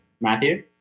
Matthew